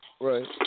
Right